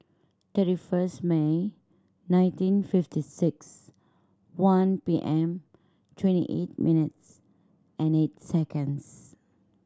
thirty first May nineteen fifty six one P M twenty eight minutes and eight seconds